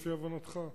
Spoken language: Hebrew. לפי הבנתך?